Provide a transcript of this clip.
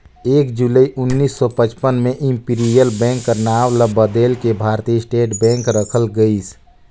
एक जुलाई उन्नीस सौ पचपन में इम्पीरियल बेंक कर नांव ल बलेद के भारतीय स्टेट बेंक रखल गइस